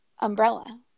Umbrella